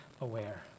aware